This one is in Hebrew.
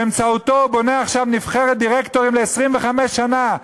באמצעותו הוא בונה עכשיו נבחרת דירקטורים ל-25 שנה,